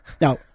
Now